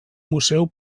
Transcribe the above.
museu